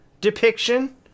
depiction